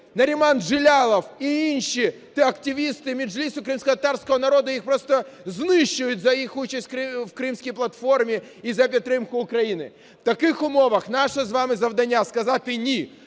Наріман Джелялов і інші активісти Меджлісу кримськотатарського народу, їх просто знищують за їх участь в Кримській платформі і за підтримку України. В таких умовах наше з вами завдання сказати "ні".